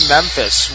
Memphis